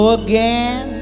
again